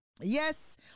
yes